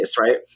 right